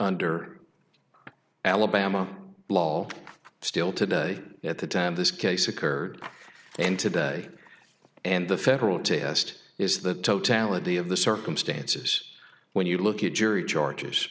under alabama law still today at the time this case occurred and today and the federal test is the totality of the circumstances when you look at jury charges